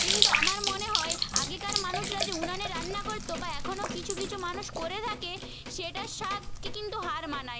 কিন্তু আমার মনে হয় আগেকার মানুষরা যে উনানে রান্না করতো বা এখনও কিছু কিছু মানুষ করে থাকে সেটার স্বাদকে কিন্তু হার মানায়